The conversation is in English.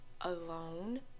alone